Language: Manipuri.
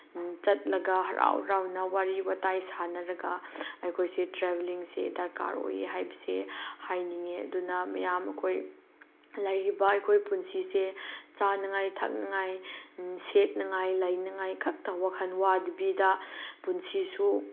ꯆꯠꯂꯒ ꯍꯔꯥꯎ ꯍꯔꯥꯎꯅ ꯋꯥꯔꯤ ꯋꯥꯇꯥꯏ ꯁꯥꯟꯅꯔꯒ ꯑꯩꯈꯣꯏꯁꯦ ꯇ꯭ꯔꯥꯕꯦꯂꯤꯡꯁꯦ ꯗꯔꯀꯥꯔ ꯑꯣꯏꯌꯦ ꯍꯥꯏꯕꯁꯦ ꯍꯥꯏꯅꯤꯡꯉꯤ ꯑꯗꯨꯅ ꯃꯌꯥꯝ ꯑꯩꯈꯣꯏ ꯂꯩꯔꯤꯕ ꯑꯩꯈꯣꯏ ꯄꯨꯟꯁꯤꯁꯦ ꯆꯥꯅꯉꯥꯏ ꯊꯛꯅꯉꯥꯏ ꯁꯦꯠꯅꯉꯥꯏ ꯂꯩꯅꯉꯥꯏ ꯈꯛꯇ ꯋꯥꯈꯟ ꯋꯥꯗꯕꯤꯗ ꯄꯨꯟꯁꯤꯁꯨ